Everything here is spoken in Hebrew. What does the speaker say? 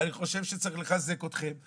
ואני חושב שצריך לחזק אתכם,